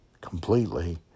completely